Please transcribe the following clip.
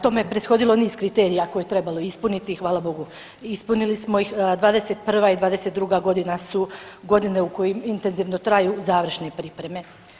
Tome je prethodilo niz kriterija koje je trebalo ispuniti, hvala Bogu ispunili smo ih. '21. i '22. g. su godina u kojoj intenzivno traju završne pripreme.